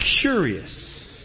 curious